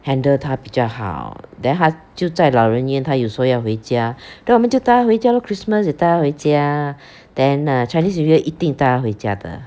handle 他比较好 then 他就在老人院他有说回家 then 我们就带他回家 lor christmas 也带他回家 then err chinese new year 一定带他回家的